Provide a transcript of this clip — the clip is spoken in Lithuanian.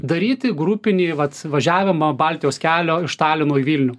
daryti grupinį vat važiavimą baltijos kelio iš talino į vilnių